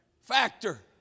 factor